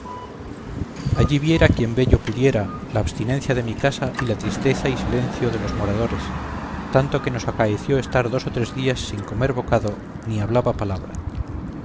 aquí viera quien vello pudiera la abstinencia de mi casa y la tristeza y silencio de los moradores tanto que nos acaeció estar dos o tres días sin comer bocado ni hablaba palabra